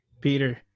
Peter